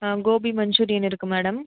ஆ கோபி மஞ்சூரியன் இருக்குது மேடம்